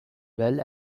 well